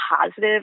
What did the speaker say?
positive